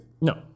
No